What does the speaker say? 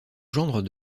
gendre